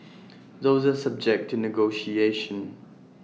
those are subject to negotiation